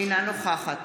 אינה נוכחת